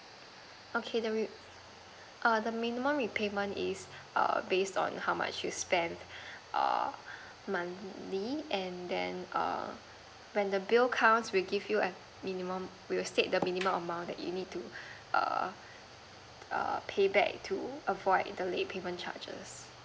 okay the minimum the minimum repayment is err based on how much you spend err monthly and then err when the bill comes we give you minimum we'll state the minimum amount that you need to err err pay back to avoid the late payment charges